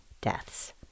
deaths